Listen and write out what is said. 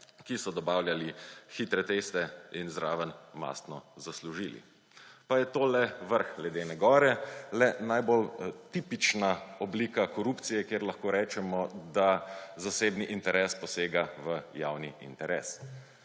ki so dobavljali hitre teste in zraven mastno zaslužili. Pa je to le vrh ledene gore. Le najbolj tipična oblika korupcije, kjer lahko rečemo, da zasebni interes posega v javni interes.